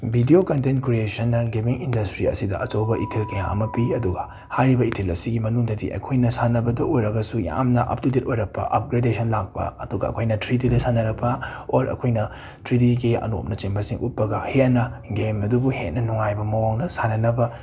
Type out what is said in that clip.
video content ꯀ꯭ꯔꯤꯌꯦꯁꯟꯅ gaming industry ꯑꯁꯤꯗ ꯑꯆꯧꯕ ꯏꯊꯤꯜ ꯀꯌꯥ ꯑꯃ ꯄꯤ ꯑꯗꯨꯒ ꯍꯥꯏꯔꯤꯕ ꯏꯊꯤꯜ ꯑꯁꯤꯒꯤ ꯃꯅꯨꯡꯗꯗꯤ ꯑꯩꯈꯣꯏꯅ ꯁꯥꯟꯅꯕꯗ ꯑꯣꯏꯔꯒꯁꯨ ꯌꯥꯝꯅ ꯑꯞ ꯇꯨ ꯗꯦꯠ ꯑꯣꯏꯔꯛꯄ ꯑꯞꯒ꯭ꯔꯦꯗꯦꯁꯟ ꯂꯥꯛꯄ ꯑꯗꯨꯒ ꯑꯩꯈꯣꯏꯅ ꯊ꯭ꯔꯤꯗꯤꯗ ꯁꯥꯟꯅꯔꯛꯄ ꯑꯣꯔ ꯑꯩꯈꯣꯏꯅ ꯊ꯭ꯔꯤꯗꯤꯒꯤ ꯑꯅꯣꯞꯅꯆꯤꯡꯕꯁꯤꯡ ꯎꯞꯄꯒ ꯍꯦꯟꯅ ꯒꯦꯝ ꯑꯗꯨꯕꯨ ꯍꯦꯟꯅ ꯅꯨꯡꯉꯥꯏꯕ ꯃꯑꯣꯡꯗ ꯁꯥꯟꯅꯅꯕ